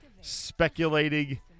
speculating